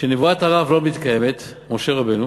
שנבואת הרב לא מתקיימת, משה רבנו,